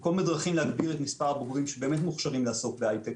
כל מיני דרכים להגביר את מספר הבוגרים שבאמת מוכשרים לעסוק בהיי-טק.